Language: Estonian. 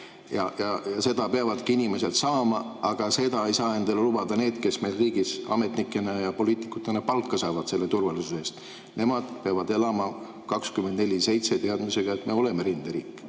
ja seda peavadki inimesed saama, aga seda ei saa endale lubada need, kes meil riigis ametnikena ja poliitikutena palka saavad selle turvalisuse eest. Nemad peavad elama 24/7 teadmisega, et me oleme rinderiik,